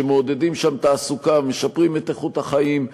שמעודדים שם תעסוקה ומשפרים את איכות החיים,